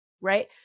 right